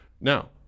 Now